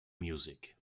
music